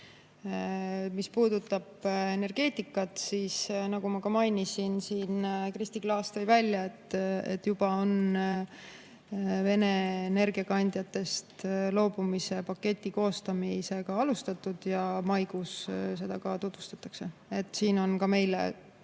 Mis puudutab energeetikat, siis, nagu ma ka mainisin, Kristi Klaas tõi välja, et juba on Vene energiakandjatest loobumise paketi koostamist alustatud ja maikuus seda ka tutvustatakse. Siin on ka meil